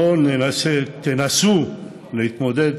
בואו תנסו להתמודד